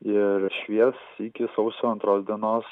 ir švies iki sausio antros dienos